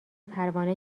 پروانه